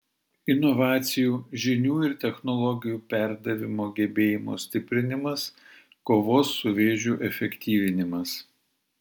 inovacijų žinių ir technologijų perdavimo gebėjimo stiprinimas kovos su vėžiu efektyvinimas